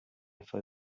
for